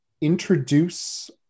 introduce